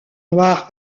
noir